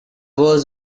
was